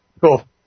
Cool